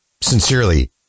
sincerely